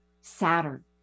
Saturn